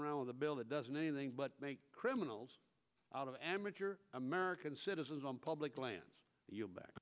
around with a bill that doesn't anything but make criminals out of amateur american citizens on public lands you back